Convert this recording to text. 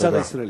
בצד הישראלי.